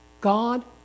God